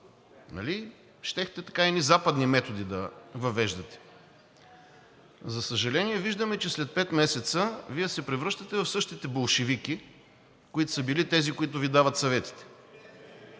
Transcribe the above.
щяхте едни западни методи да въвеждате?! За съжаление, виждаме, че след пет месеца Вие се превръщате в същите болшевики, които са били тези, които Ви дават съветите,